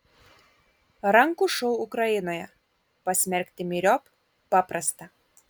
rankų šou ukrainoje pasmerkti myriop paprasta